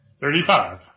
Thirty-five